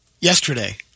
yesterday